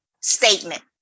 statement